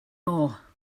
more